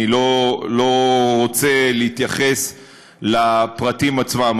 אני לא רוצה להתייחס לפרטים עצמם,